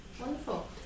wonderful